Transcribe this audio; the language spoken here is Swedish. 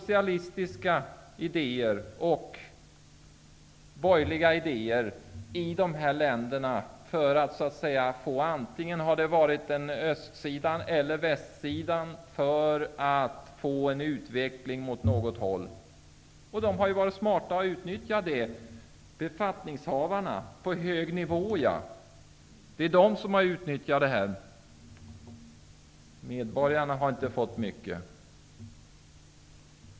Visst är det bra. För att få en utveckling åt antingen östsidan eller västsidan har ju konkurrens mellan de socialistiska och de borgerliga idéerna funnits i de här länderna. Befattningshavarna på hög nivå har varit smarta nog att utnyttja det. Medborgarna har inte fått mycket.